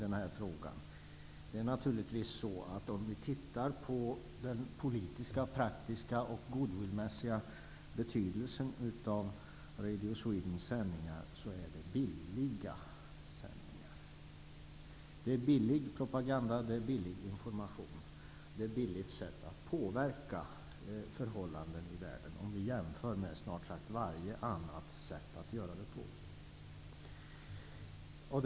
Jag ansluter mig till Daniel Tarschys syn i denna fråga. Om vi ser på den politiska och praktiska betydelsen och betydelsen vad gäller goodwill av Radio Swedens sändningar så är det billiga sändningar. Det är billig propaganda, och det är billig information. Det är ett billigt sätt att påverka förhållanden i världen om vi jämför med snart sagt varje annat sätt att göra det på.